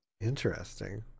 Interesting